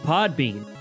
Podbean